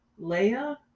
Leia